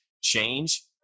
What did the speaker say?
change